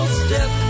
step